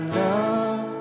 love